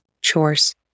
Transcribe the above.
chores